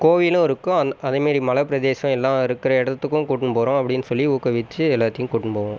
கோயிலும் இருக்கும் அந் அதேமாதிரி மலைப் பிரதேசம் எல்லா இருக்கிற இடத்துக்கும் கூட்டின்னு போகிறோம் அப்படினு சொல்லி ஊக்குவித்து எல்லாத்தையும் கூட்டின்னு போவோம்